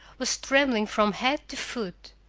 was trembling from head to foot.